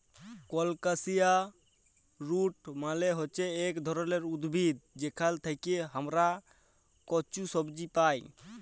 colocasia root মালে হচ্যে ইক ধরলের উদ্ভিদ যেখাল থেক্যে হামরা কচু সবজি পাই